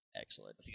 Excellent